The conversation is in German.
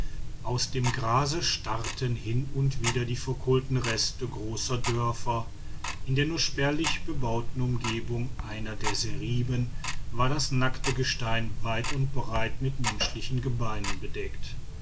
aus dem grase starrten hin und wieder die verkohlten reste großer dörfer in der nur spärlich bebauten umgebung einer der seriben war das nackte gestein weit und breit mit menschlichen gebeinen bedeckt